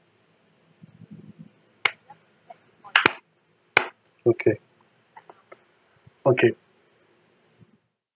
okay okay